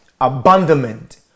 abandonment